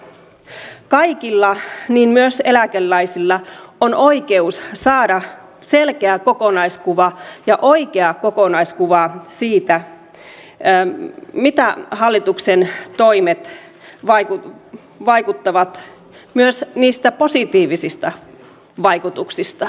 kaikilla niin myös eläkeläisillä on oikeus saada selkeä kokonaiskuva ja oikea kokonaiskuva siitä mitä hallituksen toimet vaikuttavat myös niistä positiivisista vaikutuksista